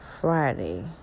friday